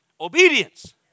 obedience